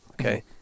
Okay